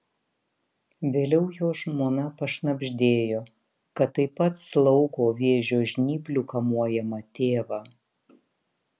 vėliau jo žmona pašnabždėjo kad taip pat slaugo vėžio žnyplių kamuojamą tėvą